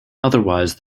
otherwise